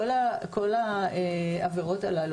כל העבירות הללו,